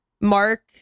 Mark